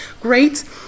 great